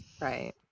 Right